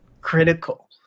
critical